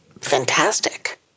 Fantastic